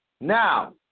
Now